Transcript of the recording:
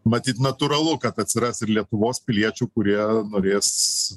matyt natūralu kad atsiras ir lietuvos piliečių kurie norės